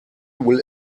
will